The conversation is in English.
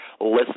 listen